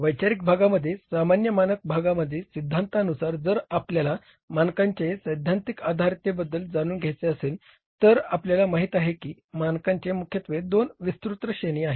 वैचारिक भागामध्ये सामान्य मानक भागामध्ये सिद्धांतानुसार जर आपल्याला मानकांच्या सैद्धांतिक आधारेबद्दल जाणून घ्यायचे असेल तर आपल्याला माहित आहे की मानकांचे मुख्यत्वे दोन विस्तृत श्रेणी आहेत